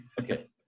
Okay